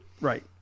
right